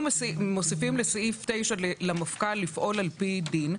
מוסיפים בסעיף 9 למפכ"ל לפעול על פי דין,